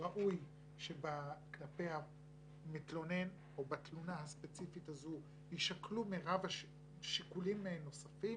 ראוי שבקצה המתלונן או בתלונה הספציפית הזאת יישקלו שיקולים נוספים.